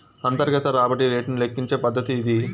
అంతర్గత రాబడి రేటును లెక్కించే పద్దతి ఇది